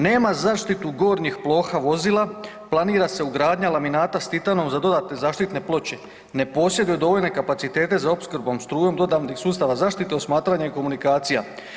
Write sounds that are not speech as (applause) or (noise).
Nema zaštitu gornjih ploha vozila, planira se ugradnja laminata s titanom za dodatne zaštitne ploče, ne posjeduje dovoljne kapacitete za opskrbom strujom dodatnih sustava zaštite ... (unintelligible) komunikacija.